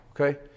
okay